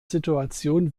situation